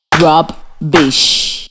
Rubbish